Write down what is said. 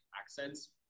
accents